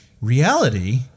reality